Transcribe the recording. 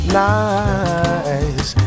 nice